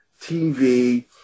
TV